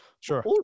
Sure